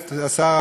השר,